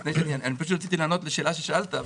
רציתי לענות לשאלה ששאלת.